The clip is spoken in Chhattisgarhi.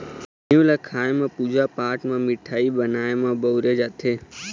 घींव ल खाए म, पूजा पाठ म, मिठाई बनाए म बउरे जाथे